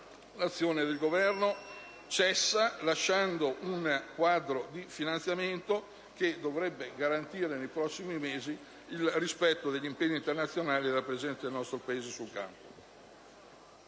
l'azione del Governo cessa, lasciando un quadro di finanziamento che dovrebbe garantire, nei prossimi mesi, il rispetto degli impegni internazionali e la presenza del nostro Paese sul campo.